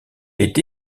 été